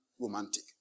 romantic